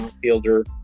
fielder